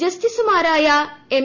ജസ്റ്റിസുമാരായ എം